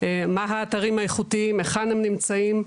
מה האתרים האיכותיים, היכן הם נמצאים,